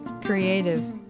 creative